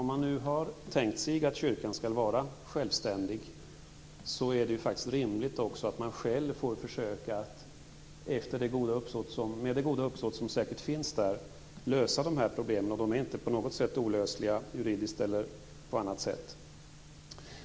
Om man nu har tänkt sig att kyrkan skall vara självständig är det faktiskt rimligt att man själv får försöka att med det goda uppsåt som säkert finns där lösa de här problemen. De är inte på något sätt olösliga juridiskt eller på annat sätt.